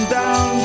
down